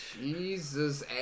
Jesus